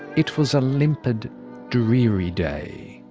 it was a limpid dreary day,